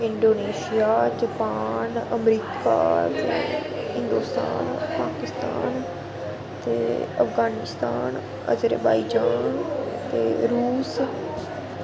Indonesia Japan America Hindustan Pakistan ते Afghanistan Azerbaijan ते रूस